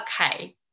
Okay